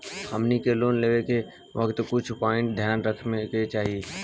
हमनी के लोन लेवे के वक्त कुछ प्वाइंट ध्यान में रखे के चाही